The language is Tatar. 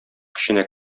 көченә